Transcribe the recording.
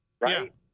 right